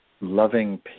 loving